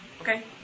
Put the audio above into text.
Okay